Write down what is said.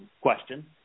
question